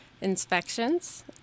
inspections